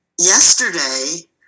yesterday